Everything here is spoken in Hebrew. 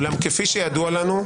אולם כפי שידוע לנו,